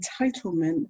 entitlement